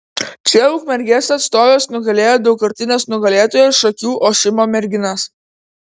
čia ukmergės atstovės nugalėjo daugkartines nugalėtojas šakių ošimo merginas